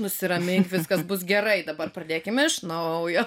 nusiramink viskas bus gerai dabar pradėkime iš naujo